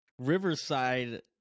Riverside